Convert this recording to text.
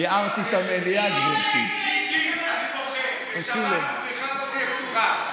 מיקי, אני מוחה, בשבת הבריכה לא תהיה פתוחה.